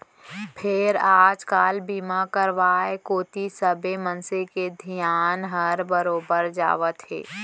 फेर आज काल बीमा करवाय कोती सबे मनसे के धियान हर बरोबर जावत हे